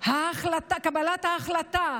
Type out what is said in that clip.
קבלת ההחלטות